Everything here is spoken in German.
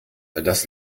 das